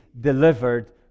delivered